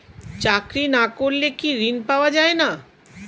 চাকরি না করলে কি ঋণ পাওয়া যায় না?